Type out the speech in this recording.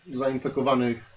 zainfekowanych